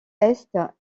est